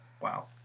Wow